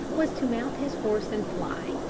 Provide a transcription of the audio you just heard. was to mount his horse and fly,